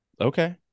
Okay